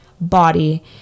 body